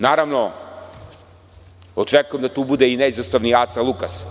Naravno, očekujem da tu bude i neizostavni Aca Lukas.